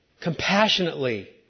compassionately